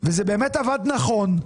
וזה באמת עבד נכון,